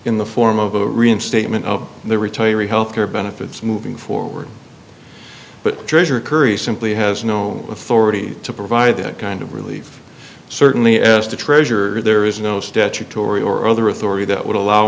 in the form of a reinstatement of the retiree health care benefits moving forward but treasurer currie simply has no authority to provide that kind of relief certainly asked the treasurer there is no statutory or other authority that would allow